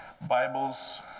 Bibles